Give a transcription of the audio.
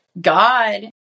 God